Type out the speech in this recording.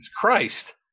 Christ